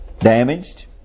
Damaged